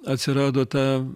atsirado ta